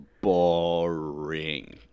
boring